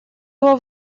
его